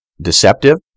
deceptive